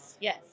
Yes